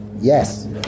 yes